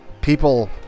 people